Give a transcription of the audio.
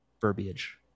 verbiage